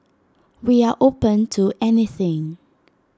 we are open to anything